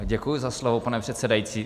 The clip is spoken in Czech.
Děkuji za slovo, pane předsedající.